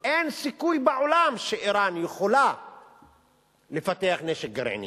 אין סיכוי בעולם שאירן יכולה לפתח נשק גרעיני.